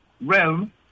realm